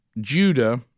Judah